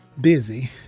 busy